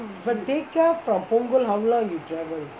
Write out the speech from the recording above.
tekka from punggol how long you travel